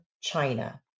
China